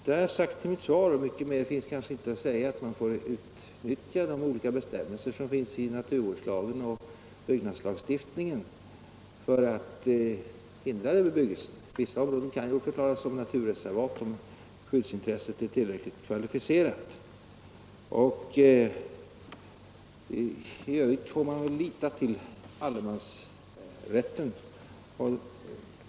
Jag har sagt i mitt svar, och mycket mer finns kanske inte att tillägga, att man får utnyttja de olika bestämmelser som finns i naturvårdslagen och byggnadslagstiftningen för att förhindra sådan bebyggelse. Vissa områden kan förklaras som naturreservat, om skyddsintresset är tillräckligt kvalificerat. I övrigt får man väl lita till allemansrätten.